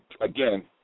again